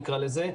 נקרא לזה,